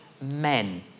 men